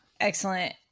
excellent